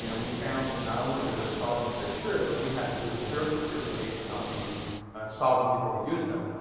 you know we found that not only were their solvents very pure, but we had to do a spiritual purification of these solvents before we used them,